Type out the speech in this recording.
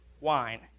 wine